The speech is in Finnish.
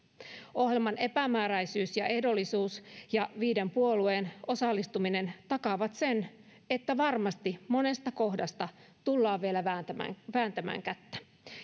ohjelman epämääräisyys ja ehdollisuus ja viiden puolueen osallistuminen takaavat sen että varmasti monesta kohdasta tullaan vielä vääntämään kättä